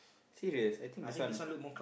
serious